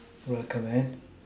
recommend